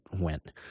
went